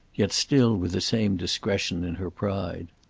yet still with the same discretion in her pride.